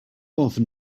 often